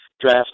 draft